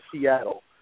Seattle